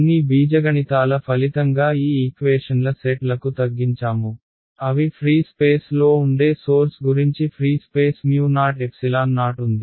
కొన్ని బీజగణితాల ఫలితంగా ఈ ఈక్వేషన్ల సెట్లకు తగ్గించాము అవి ఫ్రీ స్పేస్ లో ఉండే సోర్స్ గురించి ఫ్రీ స్పేస్ OO ఉంది